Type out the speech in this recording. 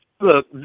look